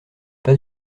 pas